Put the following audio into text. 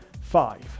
five